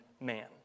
man